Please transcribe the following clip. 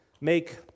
make